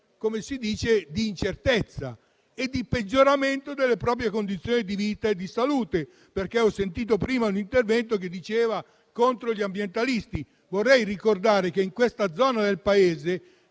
una situazione di incertezza e di peggioramento delle proprie condizioni di vita e di salute. Prima ho sentito un intervento in cui si parlava contro gli ambientalisti, ma vorrei ricordare che in quella zona del Paese